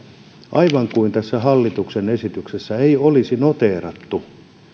aivan kuin tässä hallituksen esityksessä ei olisi noteerattu